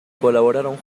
colaboraron